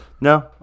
No